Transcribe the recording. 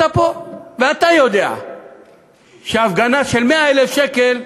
אתה פה, ואתה יודע שהפגנה של 100,000 שקל,